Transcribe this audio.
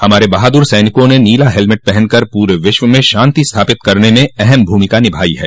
हमारे बहादुर सैनिकों ने नीला हेलमेट पहनकर पूरे विश्व में शांति स्थापित करने में अहम भूमिका निभाई है